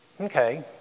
Okay